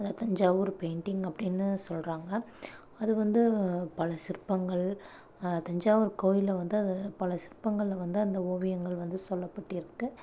அந்த தஞ்சாவூர் பெயிண்டிங் அப்படினு சொல்கிறாங்க அதுவந்து பல சிற்பங்கள் தஞ்சாவூர் கோவில்ல வந்து அத பல சிற்பங்களில் வந்து அந்த ஓவியங்கள் வந்து சொல்லப்பட்டிருக்குது